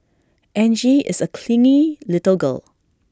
Angie is A clingy little girl